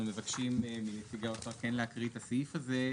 מבקשים מנציגי האוצר כן להקריא את הסעיף הזה,